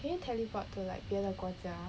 can you teleport to like 别的国家